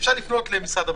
אפשר לפנות למשרד הבריאות.